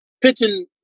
pitching